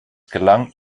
gelang